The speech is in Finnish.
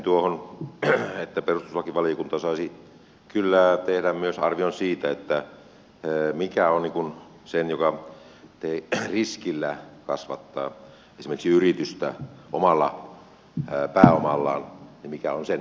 lisäisin tuohon että perustuslakivaliokunta saisi kyllä tehdä myös arvion siitä mikä on sen joka riskillä kasvattaa esimerkiksi yritystä omalla pääomalla arvo verotuksessa